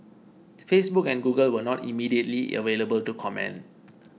Facebook and Google were not immediately available to comment